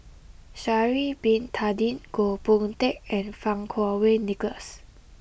Sha'ari bin Tadin Goh Boon Teck and Fang Kuo Wei Nicholas